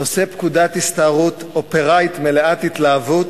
נושא פקודת הסתערות אופראית מלאת התלהבות,